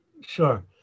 Sure